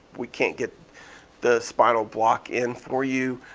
we can't get the spinal block in for you.